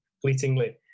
fleetingly